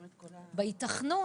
בהיתכנות.